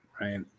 right